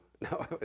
No